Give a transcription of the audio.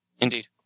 indeed